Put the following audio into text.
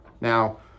Now